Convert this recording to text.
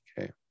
Okay